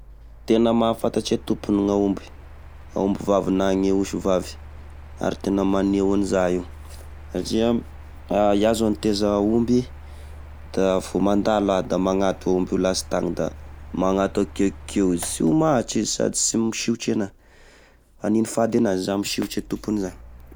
Tena mahafantatry e tompony g'naomby, aomby vavy na gne osivavy ary tena maneho an'iza io! Satria, ia zao niteza aomby da vo mandalo a da magnato io aomby io lasitagny mangnato akeky eo izy, sy omaty izy sady tsy misiotry enà! Agniny fady enazy iza misiotry e tompony za.